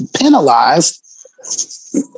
penalized